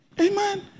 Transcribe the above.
Amen